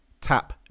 tap